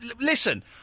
Listen